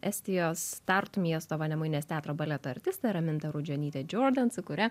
estijos tartu miesto vanemuinės teatro baleto artistė raminta rudžionytė džiordan su kuria